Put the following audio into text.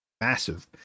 massive